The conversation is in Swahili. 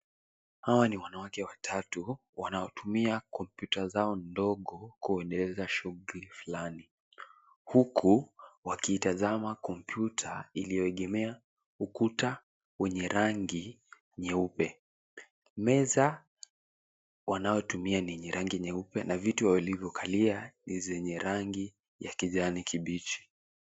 Hawa ni wanawake watatu wanaotumia kompyuta zao ndogo kuendeleza shughuli fulani, huku wakitazama kompyuta iliyoegemea ukuta wenye rangi nyeupe. Meza wanaotumia ni yenye rangi nyeupe na viti walizokalia ni zenye rangi ya kijani kibichi.